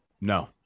No